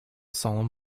solemn